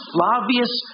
Flavius